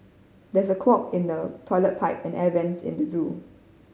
there is a clog in the toilet pipe and air vents at the zoo